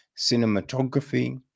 cinematography